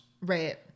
Right